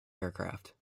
aircraft